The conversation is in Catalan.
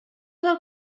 del